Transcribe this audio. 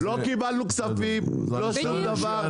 לא קיבלנו כספים, לא שום דבר.